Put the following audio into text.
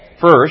First